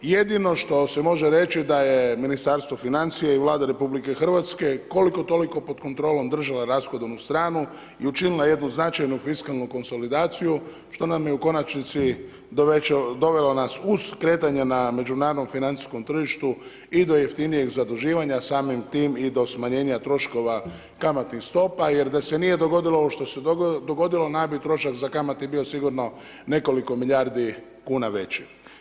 Jedino što se može reći da je Ministarstvo financija i Vlada RH, koliko toliko pod kontrolom držala rashodovnu stranu i učinila jednu značajnu fiskalnu konsolidaciju, što nam je u konačnici dovelo nas u skretanje u međunarodnom financijskom tržištu, i do jeftinijeg zaduživanjem samim tim i do smanjenja troškova kamatnih stopa jer da se nije dogodilo ovo što se dogodilo, … [[Govornik se ne razumije]] trošak za kamate bio sigurno nekoliko milijardi kuna veći.